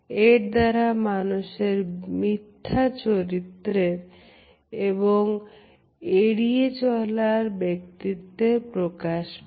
এর দ্বারা মানুষের মিথ্যা চরিত্রের এবং এড়িয়ে চলার ব্যক্তিত্বের প্রকাশ পায়